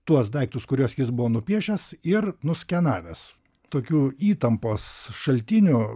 tuos daiktus kuriuos jis buvo nupiešęs ir nuskenavęs tokių įtampos šaltinių